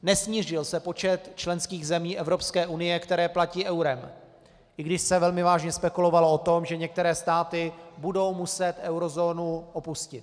Nesnížil se počet členských zemí Evropské unie, které platí eurem, i když se velmi vážně spekulovalo o tom, že některé státy budou muset eurozónu opustit.